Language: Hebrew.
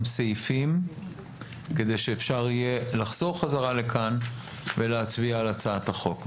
סעיפים כדי שאפשר יהיה לחזור בחזרה לכאן ולהצביע על הצעת החוק.